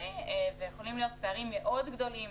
ויכולים להיות פערים מאוד גדולים